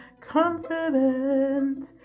confident